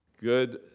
Good